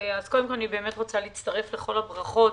אז קודם כול אני באמת רוצה להצטרף לכל הברכות